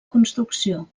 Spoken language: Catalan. construcció